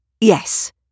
Yes